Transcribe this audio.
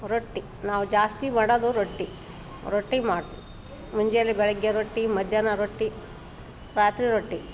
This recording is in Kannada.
ರೊಟ್ಟಿ ನಾವು ಜಾಸ್ತಿ ಮಾಡೋದು ರೊಟ್ಟಿ ರೊಟ್ಟಿ ಮಾಡ್ತೀವ್ ಮುಂಜಾನೆ ಬೆಳಗ್ಗೆ ರೊಟ್ಟಿ ಮಧ್ಯಾಹ್ನ ರೊಟ್ಟಿ ರಾತ್ರಿ ರೊಟ್ಟಿ